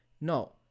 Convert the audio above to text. no